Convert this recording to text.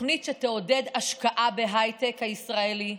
תוכנית שתעודד השקעה בהייטק הישראלי,